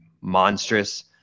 monstrous